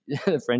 French